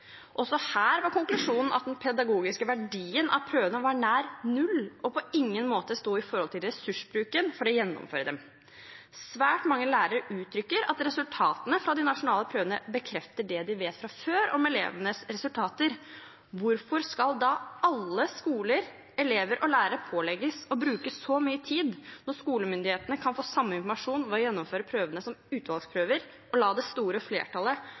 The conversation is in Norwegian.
Også her var konklusjonen at den pedagogiske verdien av prøvene var nær null og på ingen måte sto i forhold til ressursbruken for å gjennomføre dem. Svært mange lærere uttrykker at resultatene fra de nasjonale prøvene bekrefter det de vet fra før om elevenes resultater. Hvorfor skal da alle skoler, elever og lærere pålegges å bruke så mye tid når skolemyndighetene kan få samme informasjon ved å gjennomføre prøvene som utvalgsprøver og la det store flertallet